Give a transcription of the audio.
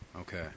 Okay